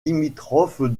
limitrophe